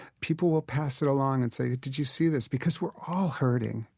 people will pass it along and say, did you see this? because we're all hurting,